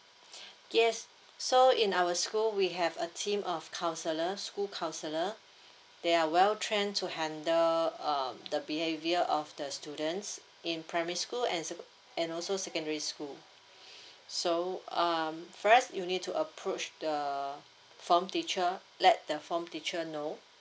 yes so in our school we have a team of counsellor school counsellor they are well trained to handle um the behavior of the students in primary school and se~ and also secondary school so um first you need to approach the form teacher let the form teacher know